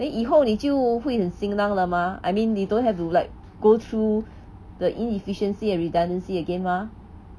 then 以后你就会很 senang 了吗 I mean 你 don't have to like go through the inefficiency and redundancy again mah